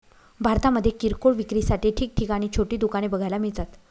भारतामध्ये किरकोळ विक्रीसाठी ठिकठिकाणी छोटी दुकाने बघायला मिळतात